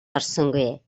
орсонгүй